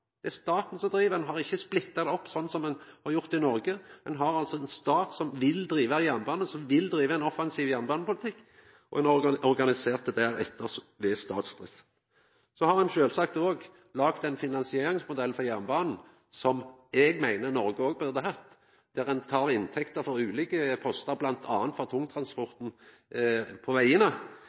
som driv han. Dei har ikkje splitta han opp slik som dei har gjort i Noreg, ein har altså ein stat som vil driva jernbane, og som vil driva ein offensiv jernbanepolitikk, og ein har organisert det deretter, ved statsdrift. Så har ein sjølvsagt òg laga ein finansieringsmodell for jernbanen som eg meiner at Noreg òg burde ha hatt, der ein tek inntekt frå ulike postar, bl.a. frå tungtransporten på vegane,